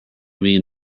mean